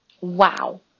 Wow